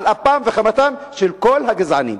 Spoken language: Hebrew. על אפם וחמתם של כל הגזענים.